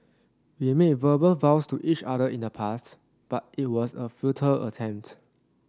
we made verbal vows to each other in the past but it was a futile attempt